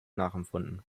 nachempfunden